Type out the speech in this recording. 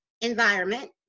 environment